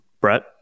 Brett